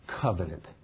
Covenant